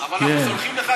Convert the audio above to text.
אבל אנחנו סולחים לך,